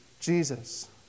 Jesus